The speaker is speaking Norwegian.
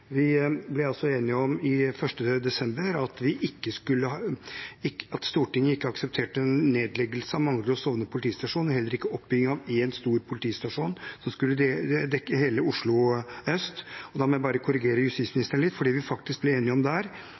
Vi ble 1. desember enige om at Stortinget ikke aksepterte nedleggelse av Manglerud og Stovner politistasjoner, og heller ikke oppbyggingen av én stor politistasjon som skulle dekke hele Oslo Øst. Da må jeg bare korrigere justisministeren litt, for det ble vi faktisk enige om der.